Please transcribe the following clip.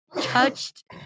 touched